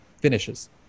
finishes